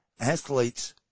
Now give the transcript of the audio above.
athletes